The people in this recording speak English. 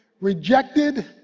rejected